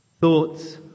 thoughts